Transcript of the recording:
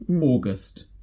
August